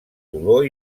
dolor